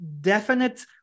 definite